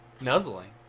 Nuzzling